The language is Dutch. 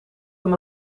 hem